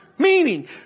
meaning